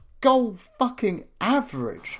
goal-fucking-average